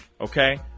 Okay